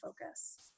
focus